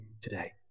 today